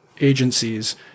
agencies